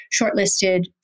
shortlisted